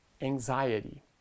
anxiety